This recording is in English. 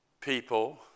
people